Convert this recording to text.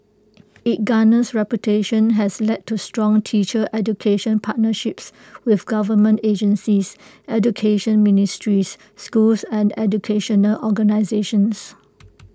its garnered reputation has led to strong teacher education partnerships with government agencies education ministries schools and educational organisations